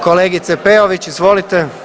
Kolegice Peović, izvolite.